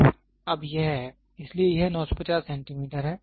तो अब यह है इसलिए यह 950 सेंटीमीटर है